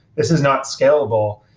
this is not scalable.